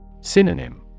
Synonym